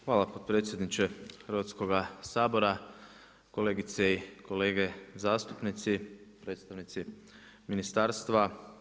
Hvala potpredsjedniče Hrvatskoga sabora, kolege i kolege zastupnici, predstavnici ministarstva.